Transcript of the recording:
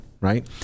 right